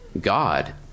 God